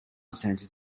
center